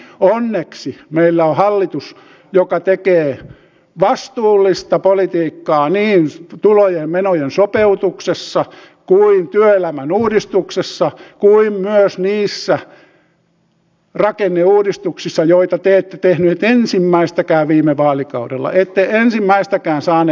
onneksi meillä on hallitus joka tekee vastuullista politiikkaa niin tulojen ja menojen sopeutuksessa kuin työelämän uudistuksessa kuin myös niissä rakenneuudistuksissa joita te ette tehneet ensimmäistäkään viime vaalikaudella ette ensimmäistäkään saaneet aikaan